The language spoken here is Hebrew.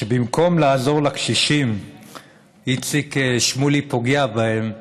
שבמקום לעזור לקשישים איציק שמולי פוגע בהם,